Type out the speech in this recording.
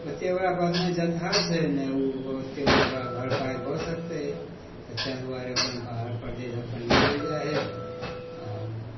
ओतेक ओकरा पास नहि जत्था छै नहि ओ ओतेक ओकरा भरपाइ भऽ सकतै तऽ ताहि दुआरे अपन बाहर परदेस अपन निकलि जाइ हइ आओर